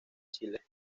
chile